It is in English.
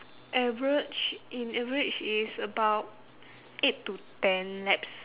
average in average is about eight to ten laps